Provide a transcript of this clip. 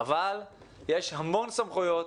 אבל יש המון סמכויות,